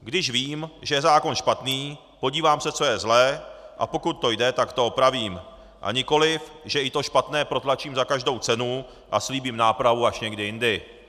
Když vím, že je zákon špatný, podívám se, co je zlé, a pokud to jde, tak to opravím, s nikoliv že i to špatné protlačím za každou cenu a slíbím nápravu až někdy jindy.